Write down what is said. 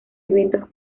eventos